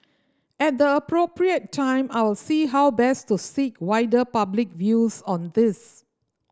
at the appropriate time I will see how best to seek wider public views on this